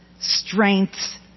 strengths